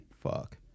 Fuck